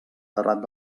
terrat